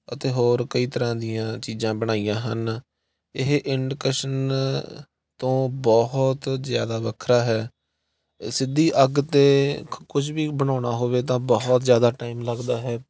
ਅਤੇ ਹੋਰ ਕਈ ਤਰ੍ਹਾਂ ਦੀਆਂ ਚੀਜ਼ਾਂ ਬਣਾਈਆਂ ਹਨ ਇਹ ਇੰਡਕਸ਼ਨ ਤੋਂ ਬਹੁਤ ਜ਼ਿਆਦਾ ਵੱਖਰਾ ਹੈ ਇਹ ਸਿੱਧੀ ਅੱਗ 'ਤੇ ਕੁਝ ਵੀ ਬਣਾਉਣਾ ਹੋਵੇ ਤਾਂ ਬਹੁਤ ਜ਼ਿਆਦਾ ਟਾਈਮ ਲੱਗਦਾ ਹੈ